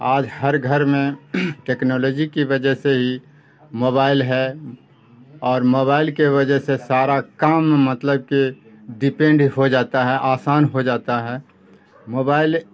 آج ہر گھر میں ٹیکنالوجی کی وجہ سے ہی موبائل ہے اور موبائل کے وجہ سے سارا کام مطلب کہ ڈیپینڈ ہو جاتا ہے آسان ہو جاتا ہے موبائل